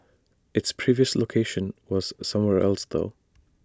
its previous location was somewhere else though